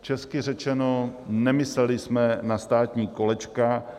Česky řečeno, nemysleli jsme na státní kolečka.